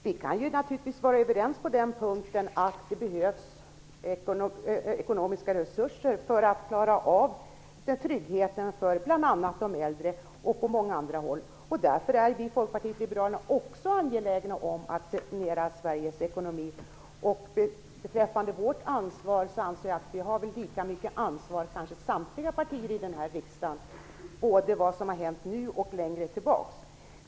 Herr talman! Vi kan naturligtvis vara överens om att det behövs ekonomiska resurser för att man skall klara av tryggheten för bl.a. de äldre. Därför är vi i Folkpartiet liberalerna också angelägna om att sanera Beträffande vårt ansvar för ekonomin, anser jag att samtliga partier i riksdagen har lika mycket ansvar både för det som har hänt nu och för det som har hänt längre tillbaka i tiden.